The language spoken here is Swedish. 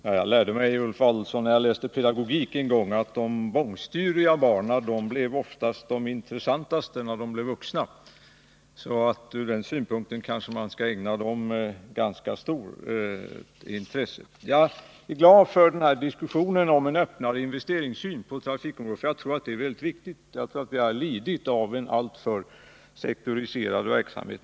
Herr talman! Jag lärde mig när jag läste pedagogik att de bångstyriga barnen oftast blir de mest intressanta som vuxna. Från den synpunkten kanske man skall ägna dem ganska stort intresse. Jag är glad för denna diskussion om en öppen syn på investeringarna inom trafikområdet. Ett sådant synsätt är mycket viktigt, eftersom vi har lidit av en alltför sektoriserad verksamhet.